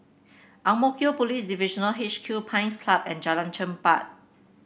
Ang Mo Kio Police Divisional H Q Pines Club and Jalan Chermat